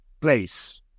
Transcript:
place